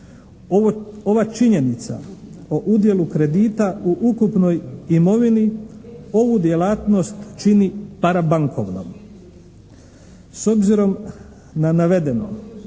Ova činjenica o udjelu kredita u ukupnoj imovini ovu djelatnost čini parabankovnom. S obzirom na navedeno,